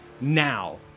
now